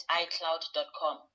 icloud.com